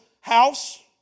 house